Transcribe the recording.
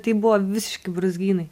tai buvo visiški brūzgynai